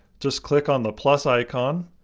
just click on the plus icon.